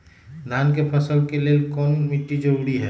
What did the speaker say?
धान के फसल के लेल कौन मिट्टी जरूरी है?